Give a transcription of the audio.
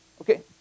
Okay